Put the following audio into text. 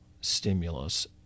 stimulus